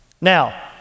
Now